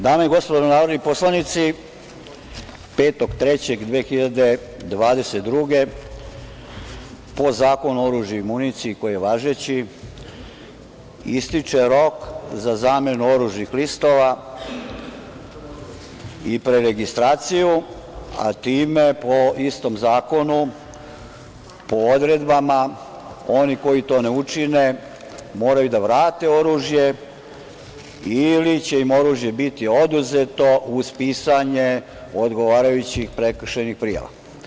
Dame i gospodo narodni poslanici, 5. marta 2022. godine, po Zakonu o oružju i municiji, koji je važeći, ističe rok za zamenu oružnih listova i preregistraciju, a time, po odredbama istog zakona, oni koji to ne učine moraju da vrate oružje ili će im oružje biti oduzeto uz pisanje odgovarajućih prekršajnih prijava.